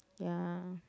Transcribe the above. ya